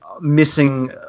missing